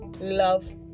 love